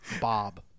Bob